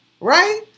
Right